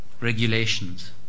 regulations